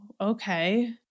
Okay